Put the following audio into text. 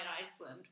Iceland